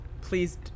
please